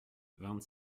vingt